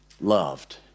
loved